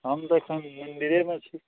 हम तऽ एखन मन्दिरेमे छी